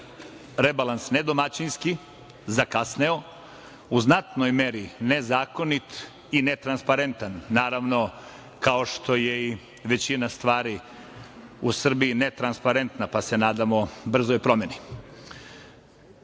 rebalans nedomaćinski, zakasneo, u znatnoj meri nezakonit i netransparentan. Naravno, kao što je i većina stvari u Srbiji netransparentna, pa se nadamo brzoj promeni. Par